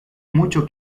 mucho